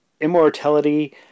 immortality